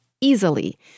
easily